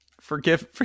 Forgive